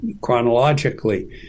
chronologically